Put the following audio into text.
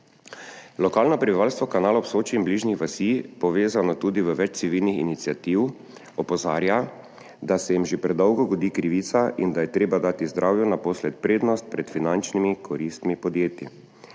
Lokalno prebivalstvo Kanala ob Soči in bližnjih vasi, povezano tudi v več civilnih iniciativ, opozarja, da se jim že predolgo godi krivica in da je treba dati zdravju naposled prednost pred finančnimi koristmi podjetij.